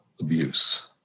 abuse